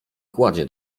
kładzie